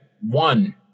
one